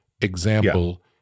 Example